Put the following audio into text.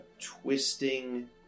twisting